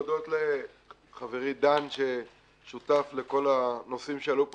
להודות לחברי דן ששותף לכל הנושאים שעלו פה,